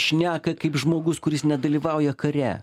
šneka kaip žmogus kuris nedalyvauja kare